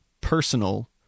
personal